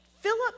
Philip